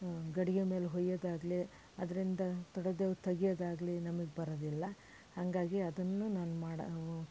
ಗಡಿಗೆ ಮೇಲೆ ಹೊಯ್ಯೊದಾಗ್ಲಿ ಅದರಿಂದ ತೊಡೆದೇವು ತೆಗಿಯೊದಾಗ್ಲಿ ನಮಗೆ ಬರೋದಿಲ್ಲ ಹಾಗಾಗಿ ಅದನ್ನೂ ನಾನು ಮಾಡ್